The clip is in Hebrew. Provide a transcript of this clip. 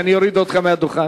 שאני אוריד אותך מהדוכן?